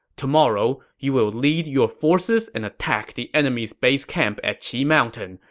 tomorrow, you will lead your forces and attack the enemy's base camp at qi mountain,